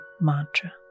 Mantra